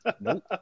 Nope